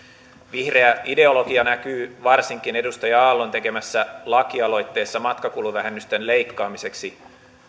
vihreä ideologia näkyy varsinkin edustaja aallon tekemässä lakialoitteessa matkakuluvähennysten leikkaamiseksi